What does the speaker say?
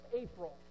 April